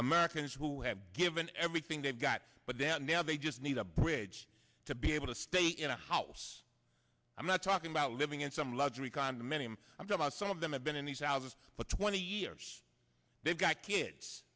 americans who have given everything they've got but then now they just need a bridge to be able to stay in a house i'm not talking about living in some luxury condominium i'm going to some of them have been in these houses for twenty years they've got kids